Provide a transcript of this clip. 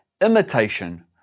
imitation